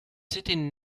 sitting